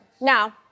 Now